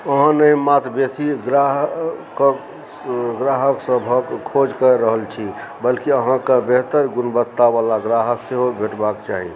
अहाँ नहि मात्र बेसी ग्राहकसभक खोज कऽ रहल छी बल्कि अहाँकेँ बेहतर गुणवत्तावला ग्राहक सेहो भेटबाक चाही